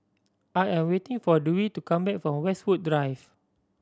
I am waiting for Dewey to come back from Westwood Drive